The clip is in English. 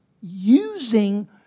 using